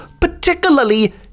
particularly